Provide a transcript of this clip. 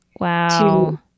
Wow